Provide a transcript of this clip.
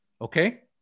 Okay